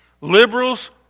Liberals